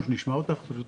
אין סופי.